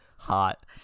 hot